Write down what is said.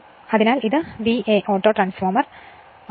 അതിനാൽ ഇത് അല്ലെങ്കിൽ VA auto ട്രാൻസ്ഫോർമർ ആണ്